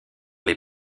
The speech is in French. les